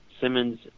Simmons